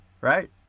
right